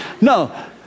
No